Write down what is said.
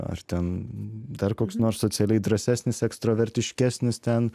ar ten dar koks nors socialiai drąsesnis ekstravertiškesnis ten